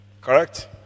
Correct